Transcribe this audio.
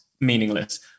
meaningless